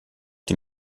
dem